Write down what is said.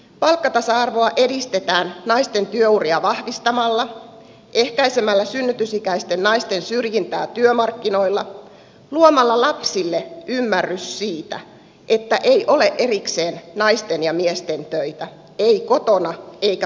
palkkatasa arvoa edistetään naisten työuria vahvistamalla ehkäisemällä synnytysikäisten naisten syrjintää työmarkkinoilla luomalla lapsille ymmärrys siitä että ei ole erikseen naisten ja miesten töitä ei kotona eikä palkkatyössä